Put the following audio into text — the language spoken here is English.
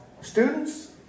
students